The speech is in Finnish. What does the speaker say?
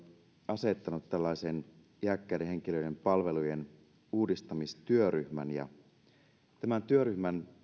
asettanut tällaisen iäkkäiden henkilöiden palveluiden uudistamistyöryhmän ja tämän työryhmän